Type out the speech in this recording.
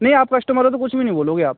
नहीं आप कश्टमर हो तो कुछ भी नहीं बोलोगे आप